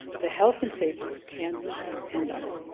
the health and safety of kansans depend on it.